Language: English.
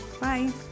Bye